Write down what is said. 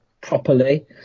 properly